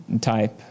type